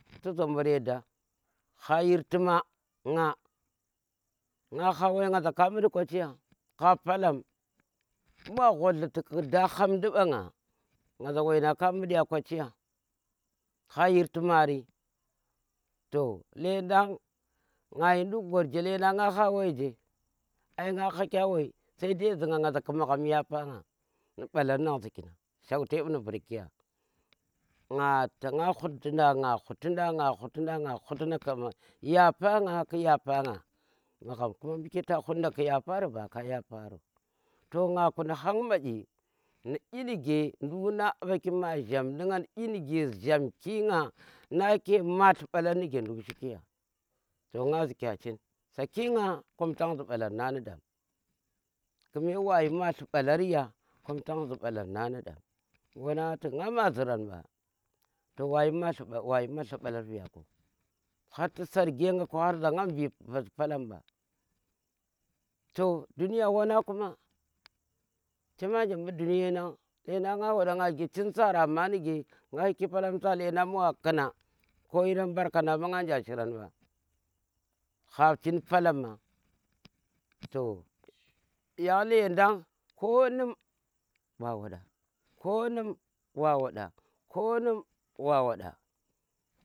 Ti zombure da ha yirti ma nga gang wai nga za ka mud kochiya ha palom, mbu wa ghut dluti ku nda hamdi mba nga za wai na ka mut ya kwaciya? ha yirti mari, to lendan nga yhi nduk gwari je? lendang nga ha wai je ai nga hakyev wai, sai da zi nga za ƙi magha yafa nga ni ɓalar nang ziki nang cheute nu vurki ya, nga tanga khuti nga khuti nda nga khuti nda ku yafa nga, ku yafa ng, ku yafa nga magham kama mbu ta khut nda ke yafa, ka yafaro to nga kuna han madi mu inuke nduk nana ammaki ma jhamdi nga nu jhamki nga nake malli mbalar nuke shikiya to nga zika chin saki nga kom tanzi mbalar nang nu daam kume wayi madlli mbalarya kom tanzi mbalar nang nu dam mbu wanang tik ngan ma zira n ba kume wayi madlli mbalarn vya ku har ti sarge nga ku za har ngan vee palam mba to dunya wa nang kuma chema nje mbu dunyenan lendan nga wada nga ge chin sara ma nuga nga nga yi ki palam si lendamg ma wakuna ko yir mbarkandi ma ngayi shiran mba ha chin palam nang yang lendan ko num wa wada, ko num wa wada, wa wada.